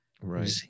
Right